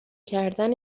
کردن